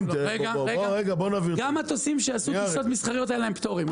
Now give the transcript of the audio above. גם מטוסים שעשו טיסות מסחריות אין להם פטורים.